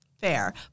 Fair